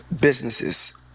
businesses